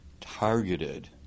targeted